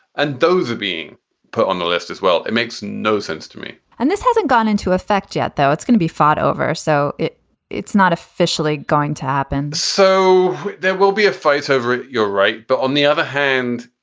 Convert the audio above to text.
and those are being put on the list as well. it makes no sense to me and this hasn't gone into effect yet, though. it's going to be fought over. so it's not officially going to happen so there will be a fight over it. you're right. but on the other hand,